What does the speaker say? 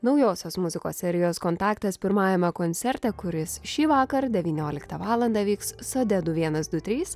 naujosios muzikos serijos kontaktas pirmajame koncerte kuris šįvakar devynioliktą valandą vyks sode du vienas du trys